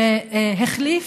שהחליף,